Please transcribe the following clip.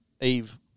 Eve